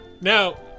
Now